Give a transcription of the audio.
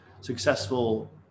successful